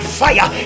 fire